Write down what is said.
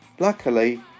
Luckily